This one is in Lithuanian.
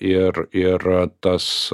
ir ir tas